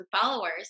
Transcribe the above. followers